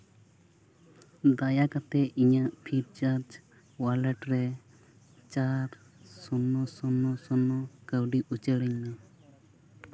ᱫᱟᱭᱟ ᱠᱟᱛᱮᱫ ᱤᱧᱟᱹᱜ ᱯᱷᱨᱤ ᱨᱤᱪᱟᱨᱡᱽ ᱳᱭᱟᱞᱮᱴ ᱨᱮ ᱪᱟᱨ ᱥᱩᱱᱱᱚ ᱥᱩᱱᱱᱚ ᱥᱩᱱᱱᱚ ᱥᱩᱱᱱᱚ ᱠᱟᱹᱣᱰᱤ ᱩᱪᱟᱹᱲᱟᱹᱧ ᱢᱮ